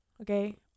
Okay